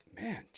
Man